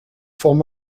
form